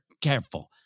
careful